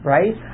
Right